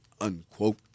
unquote